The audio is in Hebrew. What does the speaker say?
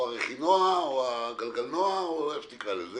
או הרכינוע או הגלגינוע או איך שתקרא לזה